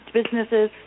businesses